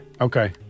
Okay